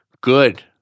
good